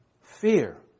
Fear